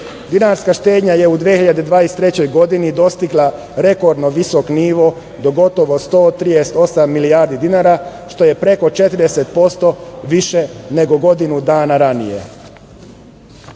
Dinarska štednja je u 2023. godine dostigla rekordno visok nivo do gotovo 138 milijardi dinara što je preko 40% više nego godinu dana ranije. Pošto